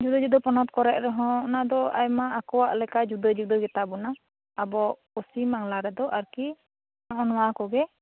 ᱡᱩᱫᱟᱹ ᱡᱩᱫᱟᱹ ᱯᱚᱱᱚᱛ ᱠᱚᱨᱮ ᱦᱚᱸ ᱚᱱᱟᱫᱚ ᱟᱭᱢᱟ ᱟᱠᱚᱣᱟᱜ ᱞᱮᱠᱟ ᱡᱩᱫᱟᱹ ᱡᱩᱫᱟᱹ ᱜᱮᱛᱟᱵᱚᱱᱟ ᱟᱵᱚ ᱯᱚᱥᱪᱷᱤᱢ ᱵᱟᱝᱞᱟ ᱨᱮᱫᱚ ᱟᱨᱠᱤ ᱱᱚᱜᱼᱚ ᱱᱚᱣᱟ ᱠᱚᱜᱮ